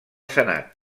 senat